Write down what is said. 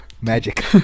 magic